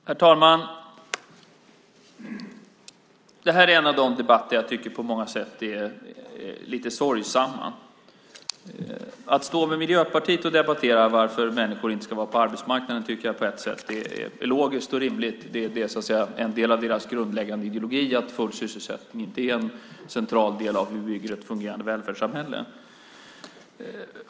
Herr talman! Det här är en av de debatter jag på många sätt tycker är lite sorgesamma. Att debattera med Miljöpartiet varför människor inte ska vara på arbetsmarknaden tycker jag på ett sätt är logiskt och rimligt. Det är en del av deras grundläggande ideologi att full sysselsättning inte är en central del av hur vi bygger upp ett välfärdssamhälle.